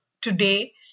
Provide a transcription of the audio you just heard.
today